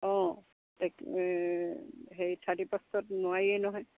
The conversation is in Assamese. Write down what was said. অঁ সেই থাৰ্টি পাষ্টত নোৱাৰিয়েই নহয়